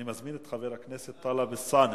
הקואליציה, אני מזמין את חבר הכנסת טלב אלסאנע.